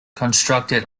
constructed